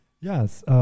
Yes